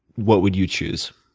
what would you choose,